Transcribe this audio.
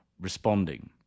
responding